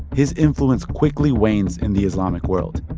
his influence quickly wanes in the islamic world.